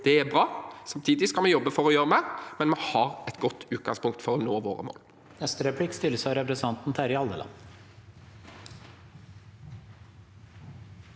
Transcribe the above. Det er bra. Samtidig skal vi jobbe for å gjøre mer, men vi har et godt utgangspunkt for å nå våre mål.